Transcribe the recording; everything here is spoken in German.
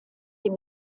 dem